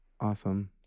awesome